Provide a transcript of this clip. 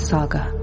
Saga